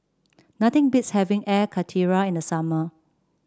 nothing beats having Air Karthira in the summer